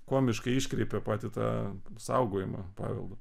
komiškai iškreipia patį tą saugojimą paveldą